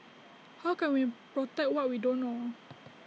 how can we protect what we don't know